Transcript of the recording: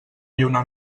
lluna